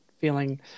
feeling